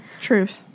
Truth